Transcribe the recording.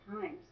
times